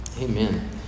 Amen